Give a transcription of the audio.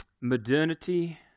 modernity